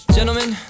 Gentlemen